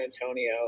Antonio